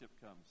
comes